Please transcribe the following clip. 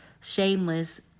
shameless